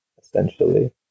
essentially